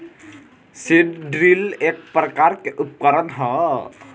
seed drill एक प्रकार के उकरण ह